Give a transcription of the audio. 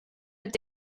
mit